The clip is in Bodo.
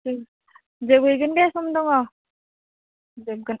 जोबहैगोन दे सम दङ जोबगोन